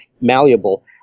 malleable